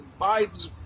Biden